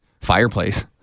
fireplace